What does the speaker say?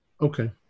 Okay